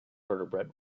vertebrate